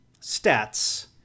stats